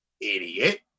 idiot